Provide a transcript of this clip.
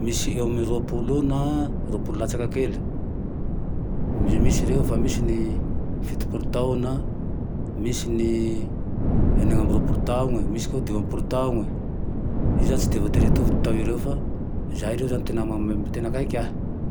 misy eo amy ropolo eo na roapolo latsaka kely, misy reo efa fitopolo taona, misy ny eninambiroapolo taona, misy koa dimapolo taona, i zane tsy de voatery hitovy tao ereo fa zay, reo zane ty tena nama akaiky ahy.